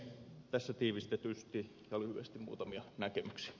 tässä tiivistetysti ja lyhyesti muutamia näkemyksiä